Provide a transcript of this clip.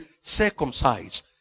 circumcised